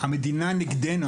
המדינה נגדנו,